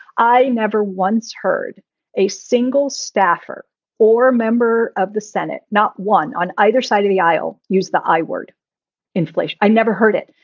i never once heard a single staffer or a member of the senate, not one on either side of the aisle use the i word inflation. i never heard it.